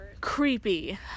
creepy